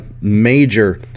major